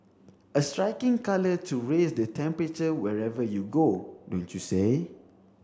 a striking colour to raise the temperature wherever you go don't you say